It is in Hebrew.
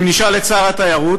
אם נשאל את שר התיירות,